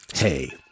Hey